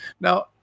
Now